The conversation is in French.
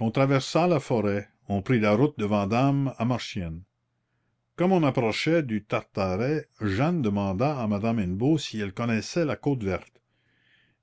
on traversa la forêt on prit la route de vandame à marchiennes comme on approchait du tartaret jeanne demanda à madame hennebeau si elle connaissait la côte verte